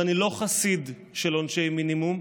אני לא חסיד של עונשי מינימום,